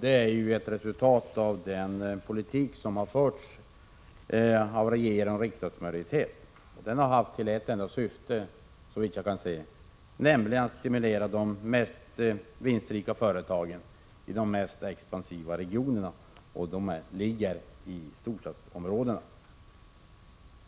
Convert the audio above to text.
Det är ett resultat av den politik som har förts av en regerande riksdagsmajoritet. Den har haft ett enda syfte, såvitt jag kan se, nämligen att stimulera de mest vinstrika företagen i de mest expansiva regionerna, och de ligger i storstadsområdena.